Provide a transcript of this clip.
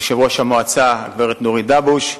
יושבת-ראש המועצה, הגברת נורית דאבוש,